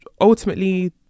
ultimately